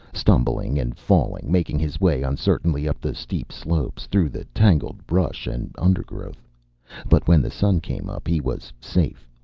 stumbling and falling, making his way uncertainly up the steep slopes, through the tangled brush and undergrowth but when the sun came up he was safe,